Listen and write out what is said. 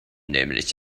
nämlich